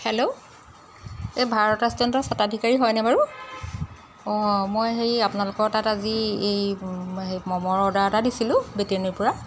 hello এই ভাৰত ৰেষ্টুৰেণ্টৰ স্বতাধিকাৰী হয়নে বাৰু অঁ মই হেৰি আপোনালোকৰ তাত আজি এই মম'ৰ অৰ্ডাৰ এটা দিছিলোঁ বেটিয়নীৰ পৰা